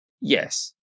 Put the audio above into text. Yes